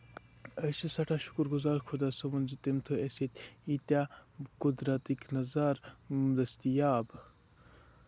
أسۍ چھِ سٮ۪ٹھاہ شُکُر گُزار خۄدا صٲبُن کہِ تٔمۍ تھٲو اَسہِ ییٚتہِ ییٖتیاہ قُدرَتٕکۍ نَظارٕ دٔستِیاب